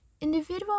Individual